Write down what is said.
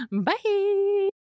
Bye